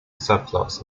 subplots